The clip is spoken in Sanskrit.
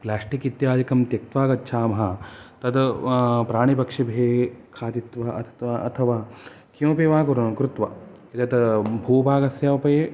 प्लास्टिक् इत्यादिकं त्यक्त्वा गच्छामः तत् प्राणिपक्षिभिः खादित्वा अथवा किमपि वा कृत्वा एतत् भूभागस्यापि